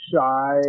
shy